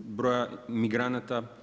broja migranata.